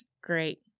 great